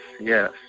yes